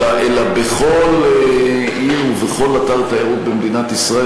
אלא בכל עיר ובכל אתר תיירות במדינת ישראל.